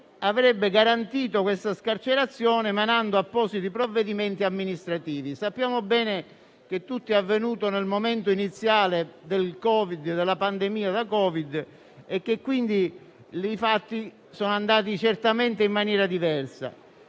avrebbe garantito questa scarcerazione emanando appositi provvedimenti amministrativi. Sappiamo bene che tutto è avvenuto nel momento iniziale della pandemia dovuta alla diffusione del Covid-19 e che quindi i fatti sono andati certamente in maniera diversa.